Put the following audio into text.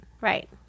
Right